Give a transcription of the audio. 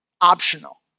optional